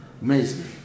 Amazing